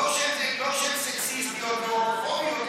לא כשהן סקסיסטיות והומופוביות,